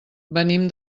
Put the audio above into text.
venim